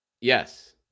Yes